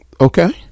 okay